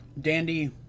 Dandy